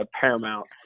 paramount